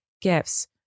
gifts